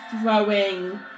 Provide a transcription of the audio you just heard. throwing